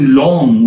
long